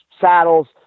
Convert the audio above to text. saddles